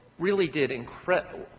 really did incredible.